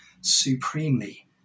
supremely